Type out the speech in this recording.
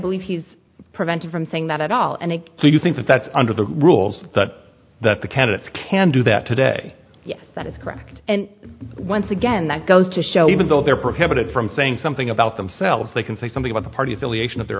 believe he's prevented from saying that at all and so you think that that's under the rules that the candidates can do that today that is correct and once again that goes to show even though they're prohibited from saying something about themselves they can say something about the party affiliation of their